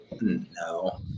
No